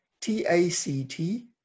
T-A-C-T